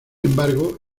embargo